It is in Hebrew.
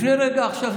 לפני רגע לא